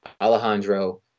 Alejandro